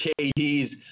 KD's